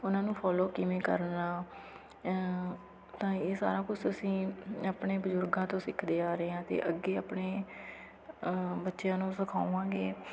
ਉਹਨਾਂ ਨੂੰ ਫੋਲੋ ਕਿਵੇਂ ਕਰਨਾ ਤਾਂ ਇਹ ਸਾਰਾ ਕੁਛ ਅਸੀਂ ਆਪਣੇ ਬਜ਼ੁਰਗਾਂ ਤੋਂ ਸਿੱਖਦੇ ਆ ਰਹੇ ਹਾਂ ਅਤੇ ਅੱਗੇ ਆਪਣੇ ਬੱਚਿਆਂ ਨੂੰ ਸਿਖਾਵਾਂਗੇ